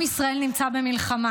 עם ישראל נמצא במלחמה.